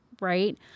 right